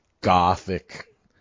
gothic